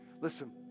Listen